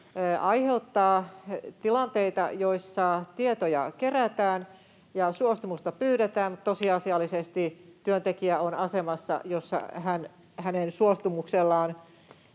aiheuttaa tilanteita, joissa tietoja kerätään ja suostumusta pyydetään, mutta tosiasiallisesti työntekijä on asemassa, jossa hänen suostumukselleen